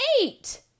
eight